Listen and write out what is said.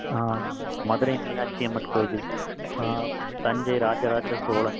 மதுரை மீனாட்சி அம்மன் கோவில் தஞ்சை ராஜ ராஜ சோழன்